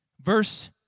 Verse